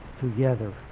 together